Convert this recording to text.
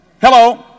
Hello